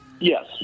Yes